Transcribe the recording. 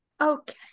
Okay